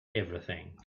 everything